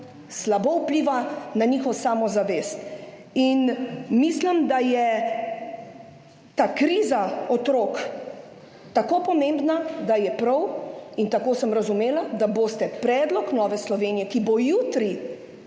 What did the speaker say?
slabo vpliva na njihovo samozavest. Mislim, da je ta kriza otrok tako pomembna, da je prav in tako sem razumela, da boste predlog Nove Slovenije, ki bo jutri